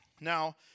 Now